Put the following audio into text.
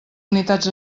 unitats